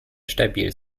stabil